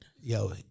Yo